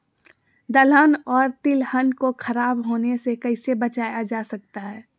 दलहन और तिलहन को खराब होने से कैसे बचाया जा सकता है?